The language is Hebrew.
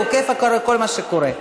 והוא עוקב אחרי כל מה שקורה.